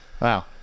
Wow